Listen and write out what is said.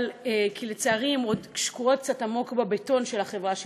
כי לצערי הן עוד שקועות קצת עמוק בבטון של החברה שלנו,